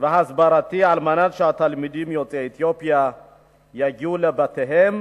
והסברתי על מנת שהתלמידים יוצאי אתיופיה יגיעו לבתיהם